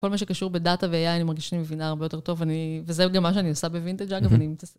כל מה שקשור בדאטה ו-AI, אני מרגישה שאני מבינה הרבה יותר טוב וזה גם מה שאני עושה בוינטג'אגב.